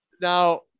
Now